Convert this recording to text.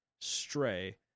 Stray